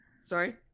Sorry